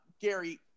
Gary